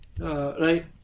Right